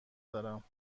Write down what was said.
دارم